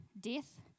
death